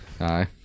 aye